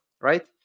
right